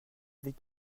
avait